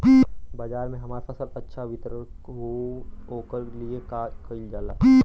बाजार में हमार फसल अच्छा वितरण हो ओकर लिए का कइलजाला?